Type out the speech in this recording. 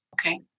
Okay